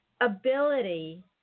ability